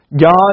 God